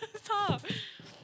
stop